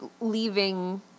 leaving